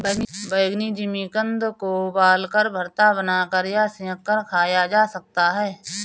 बैंगनी जिमीकंद को उबालकर, भरता बनाकर या सेंक कर खाया जा सकता है